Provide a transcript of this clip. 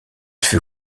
fut